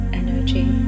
energy